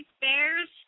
Bears